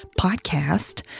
podcast